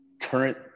current